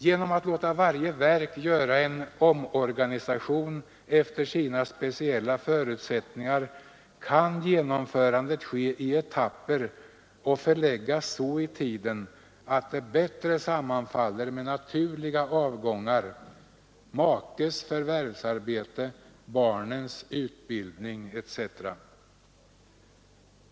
Genom att man låter varje verk göra en omorganisation efter sina speciella förutsättningar kan genomförandet ske i etapper och förläggas så i tiden att det bättre sammanfaller med naturliga avgångar, makes förvärvsarbete, barnens utbildning etc.